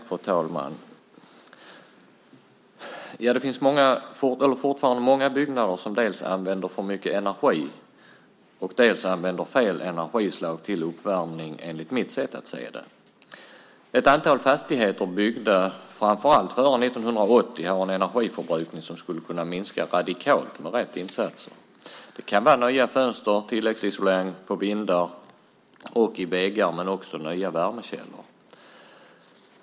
Fru talman! Enligt mitt sätt att se det finns det fortfarande många byggnader som dels använder för mycket energi och dels använder fel energislag till uppvärmning. Ett antal fastigheter byggda framför allt före 1980 har en energiförbrukning som skulle kunna minska radikalt med rätt insatser. Det kan vara nya fönster, tilläggsisolering på vindar och i väggar men också nya värmekällor.